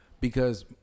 Because-